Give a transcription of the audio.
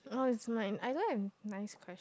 oh is soon right I don't have nice question